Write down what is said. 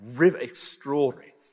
extraordinary